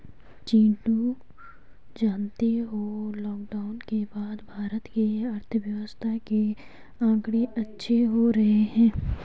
चिंटू जानते हो लॉकडाउन के बाद भारत के अर्थव्यवस्था के आंकड़े अच्छे हो रहे हैं